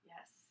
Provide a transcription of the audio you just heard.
Yes